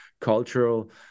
cultural